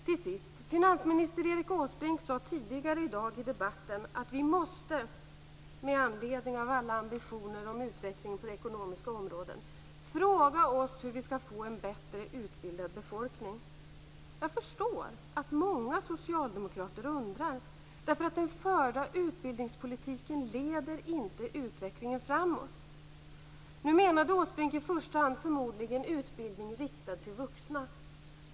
Till sist: finansminister Erik Åsbrink sade tidigare i dag i debatten att vi, med anledning av alla ambitioner om utveckling på det ekonomiska området, måste fråga oss hur vi skall få en bättre utbildad befolkning. Jag förstår att många socialdemokrater undrar, därför att den förda utbildningspolitiken inte leder utvecklingen framåt. Nu menade Erik Åsbrink i första hand förmodligen utbildning riktad till vuxna.